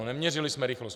Neměřili jsme rychlost.